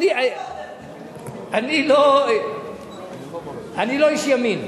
אני לא איש ימין.